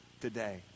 today